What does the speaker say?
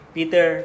Peter